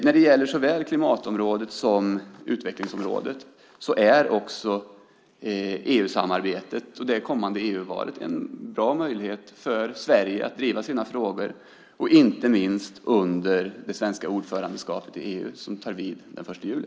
När det gäller såväl klimatområdet som utvecklingsområdet är också EU-samarbetet och det kommande EU-valet en bra möjlighet för Sverige att driva sina frågor, inte minst under det svenska ordförandeskapet i EU som tar vid den 1 juli.